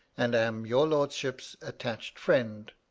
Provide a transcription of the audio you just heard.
and am your lordship's attached friend,